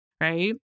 Right